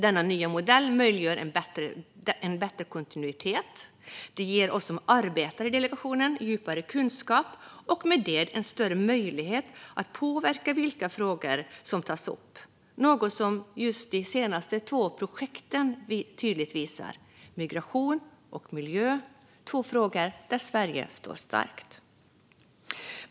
Denna nya modell möjliggör en bättre kontinuitet och ger oss som arbetar i delegationen djupare kunskap och därmed en större möjlighet att påverka vilka frågor som tas upp, något som just de senaste två projekten tydligt visar: migration och miljö, två frågor där Sverige står starkt.